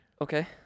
Okay